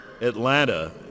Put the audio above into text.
Atlanta